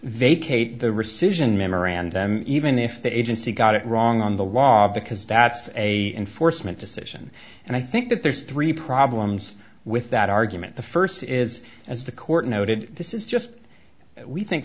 vacate the rescission memorandum even if the agency got it wrong on the law because that's a enforcement decision and i think that there's three problems with that argument the first is as the court noted this is just we think